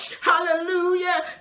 Hallelujah